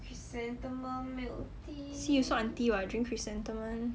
see you so auntie [what] drink chrysanthemum